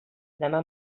demà